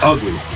Ugly